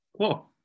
Cool